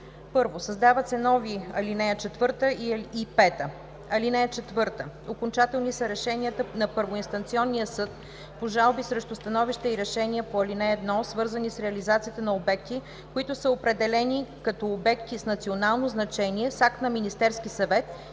1. Създават се нови ал. 4 и 5: „(4) Окончателни са решенията на първоинстанционния съд по жалби срещу становища и решения по ал. 1, свързани с реализацията на обекти, които са определени като обекти с национално значение с акт на Министерски съвет